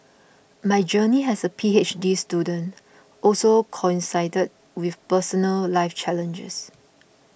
my journey as a P H D student also coincided with personal life challenges